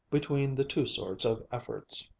between the two sorts of efforts.